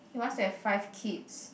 he wants to have five kids